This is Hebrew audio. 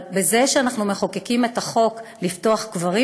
אבל בזה שאנחנו מחוקקים את החוק לפתוח קברים